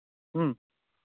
ꯎꯝ